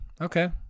Okay